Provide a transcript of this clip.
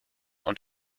und